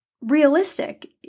realistic